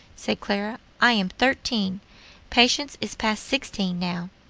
said clara i am thirteen patience is past sixteen now,